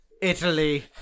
Italy